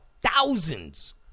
thousands